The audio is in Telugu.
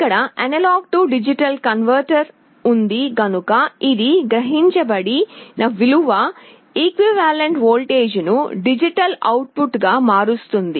ఇక్కడ A D కాన్వెర్టరు ఉంది గనుక ఇది గ్రహించబడిన విలువ ఈక్వివలెంట్ వోల్ట్టేజ్ ను డిజిటల్ అవుట్ ఫుట్ గ మారుస్తుంది